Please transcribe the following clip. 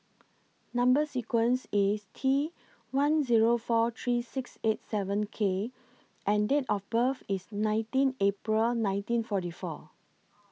Number sequence IS T one Zero four three six eight seven K and Date of birth IS nineteen April nineteen forty four